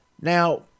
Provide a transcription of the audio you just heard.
Now